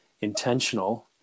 intentional